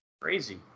Crazy